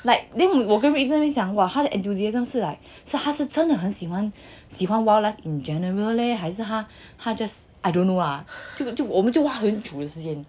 like then 我一个人会在那边想 !wah! 他的 enthusiasm 是 like 他真的很喜欢喜欢 wildlife in general leh 还是他他 just I don't know lah 这个就我们就花很久的时间